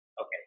Okay